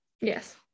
yes